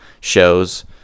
shows